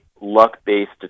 luck-based